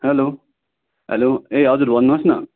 hello hello ए हजुर भन्नुहोस् न